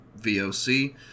VOC